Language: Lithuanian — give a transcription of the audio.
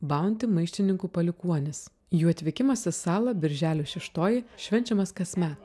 baunti maištininkų palikuonys jų atvykimas į salą birželio šeštoji švenčiamas kasmet